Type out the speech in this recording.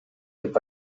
деп